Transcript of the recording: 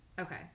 Okay